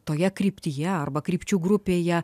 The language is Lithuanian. toje kryptyje arba krypčių grupėje